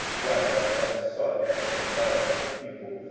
why hast thou sought after the gods of the people,